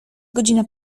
godzina